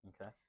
Okay